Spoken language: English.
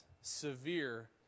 severe